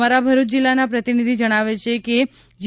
અમારા ભરૂચ જિલ્લાના પ્રતિનિધિ જણાવે છે કે જી